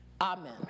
Amen